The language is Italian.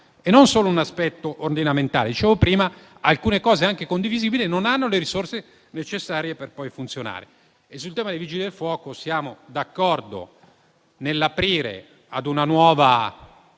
Come dicevo prima, alcune misure, anche condivisibili, non hanno le risorse necessarie per poi funzionare. Sul tema dei Vigili del fuoco siamo d'accordo nell'aprire ad una nuova